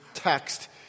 Text